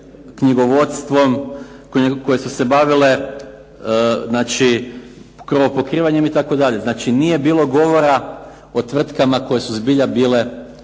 knjigovodstvom, koje su se bavile krovopokrivanjem itd., znači nije bilo govora o tvrtkama koje su bile zbilja